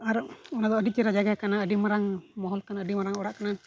ᱟᱨ ᱚᱱᱟ ᱫᱚ ᱟᱹᱰᱤ ᱪᱮᱨᱦᱟ ᱡᱟᱭᱜᱟ ᱠᱟᱱᱟ ᱟᱹᱰᱤ ᱢᱟᱨᱟᱝ ᱢᱚᱦᱚᱞ ᱠᱟᱱᱟ ᱟᱹᱰᱤ ᱢᱟᱨᱟᱝ ᱚᱲᱟᱜ ᱠᱟᱱᱟ